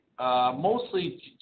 Mostly